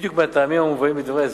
בדיוק מהטעמים המובאים בדברי ההסבר.